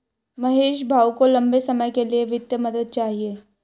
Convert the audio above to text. महेश भाऊ को लंबे समय के लिए वित्तीय मदद चाहिए